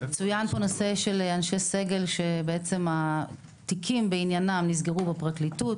צוין פה נושא של אנשי סגל שהתיקים בעניינם נסגרו בפרקליטות.